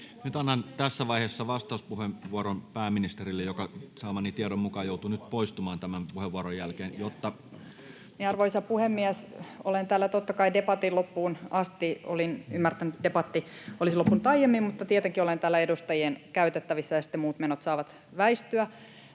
annan tässä vaiheessa vastauspuheenvuoron pääministerille, joka saamani tiedon mukaan joutuu nyt poistumaan tämän puheenvuoron jälkeen. Arvoisa puhemies! Olen täällä totta kai debatin loppuun asti. Olin ymmärtänyt, että debatti olisi loppunut aiemmin, mutta tietenkin olen täällä edustajien käytettävissä, ja sitten muut menot saavat väistyä.